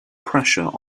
pressure